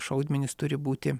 šaudmenys turi būti